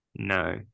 No